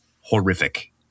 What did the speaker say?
horrific